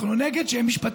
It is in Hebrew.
אנחנו נגד שהוא יהיה משפטן.